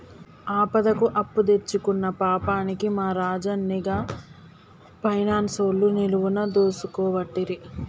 ఆపదకు అప్పుదెచ్చుకున్న పాపానికి మా రాజన్ని గా పైనాన్సోళ్లు నిలువున దోసుకోవట్టిరి